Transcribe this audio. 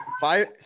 Five